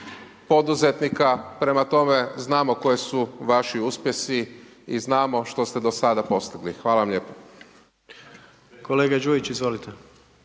poduzetnika prema tome, znamo koje su vašu uspjesi i znamo što ste do sada postigli. Hvala vam lijepo. **Jandroković, Gordan